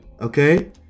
okay